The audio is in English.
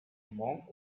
monk